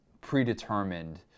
predetermined